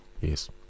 yes